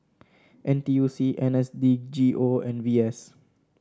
N T U C N S D G O and V S